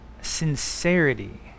Sincerity